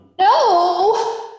No